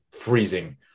freezing